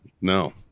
No